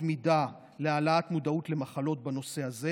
מידה להעלאת מודעות למחלות בנושא הזה.